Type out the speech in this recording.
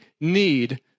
need